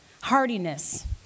hardiness